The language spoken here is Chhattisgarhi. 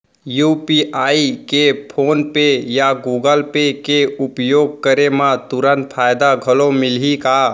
यू.पी.आई के फोन पे या गूगल पे के उपयोग करे म तुरंत फायदा घलो मिलही का?